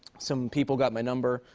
some people got my number.